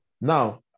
Now